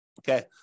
Okay